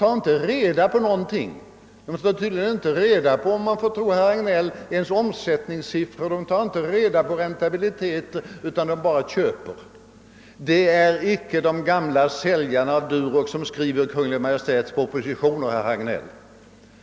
Man tar tydligen inte, om vi får tro herr Hagnell, ens reda på omsättningssiffror och räntabilitet utan bara köper. Det är icke de gamla säljarna av Durox som skriver Kungl. Maj:ts propositioner, herr Hagnell!